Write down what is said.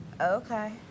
Okay